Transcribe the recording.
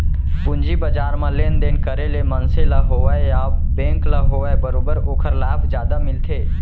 पूंजी बजार म लेन देन करे ले मनसे ल होवय या बेंक ल होवय बरोबर ओखर लाभ जादा मिलथे